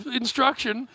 instruction